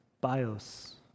Bios